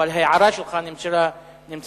אבל ההערה שלך נמסרה לפרוטוקול.